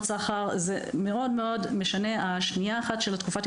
סחר זה מאוד משנה השנייה האחת של התקופה.